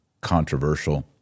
controversial